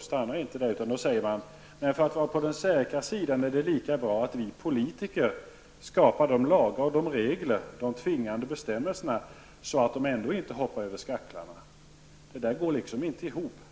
stannar inte där, utan de säger också: Man för att vara på den säkra sidan är det lika bra att vi politiker skapar lagar och regler, tvingande bestämmelser, så att människorna inte hoppar över skaklarna. Det där går inte ihop.